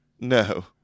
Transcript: No